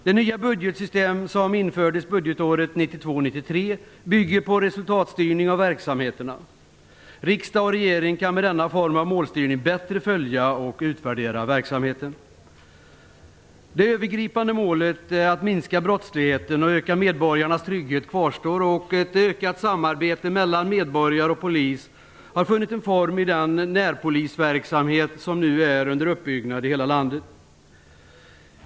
Det nya budgetsystem som infördes budgetåret 1992/93 bygger på resultatstyrning av verksamheterna. Riksdag och regering kan med denna form av målstyrning bättre följa och utvärdera verksamheten. Det övergripande målet att minska brottsligheten och öka medborgarnas trygghet kvarstår. Ett ökat samarbete mellan medborgare och polis har funnit en form i den närpolisverksamhet som nu är under uppbyggnad i hela landet.